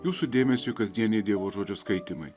jūsų dėmesiui kasdieniai dievo žodžio skaitymai